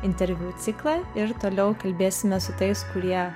interviu ciklą ir toliau kalbėsime su tais kurie